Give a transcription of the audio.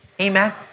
amen